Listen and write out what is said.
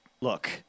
look